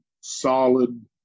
solid